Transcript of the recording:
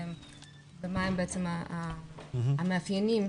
ומה המאפיינים,